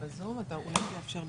כן,